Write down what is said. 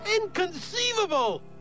Inconceivable